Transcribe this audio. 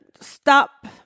stop